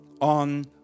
on